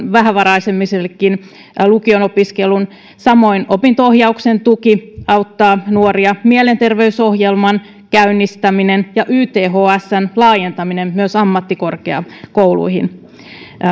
vähävaraisemmillekin lukio opiskelun samoin opinto ohjauksen tuki auttaa nuoria mielenterveysohjelman käynnistäminen ja ythsn laajentaminen myös ammattikorkeakouluihin